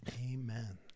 Amen